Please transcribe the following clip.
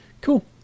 Cool